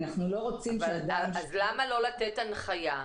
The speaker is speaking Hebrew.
אנחנו לא רוצים ש- -- אז למה לא לתת הנחיה,